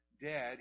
Dead